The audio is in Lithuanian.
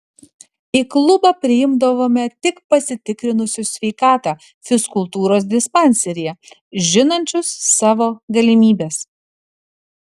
į klubą priimdavome tik pasitikrinusius sveikatą fizkultūros dispanseryje žinančius savo galimybes